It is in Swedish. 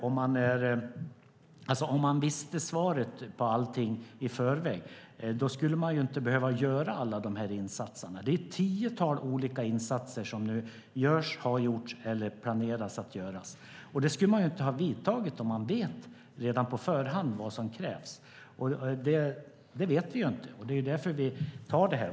Om man visste svaret på allting i förväg skulle man inte behöva göra alla de här insatserna. Det är ett tiotal olika insatser som nu görs, som har gjorts eller som man planerar att göra. Det här skulle man ju inte ha vidtagit om man redan på förhand visste vad som krävdes. Det vet vi inte. Det är därför vi tar det här.